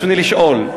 ברצוני לשאול: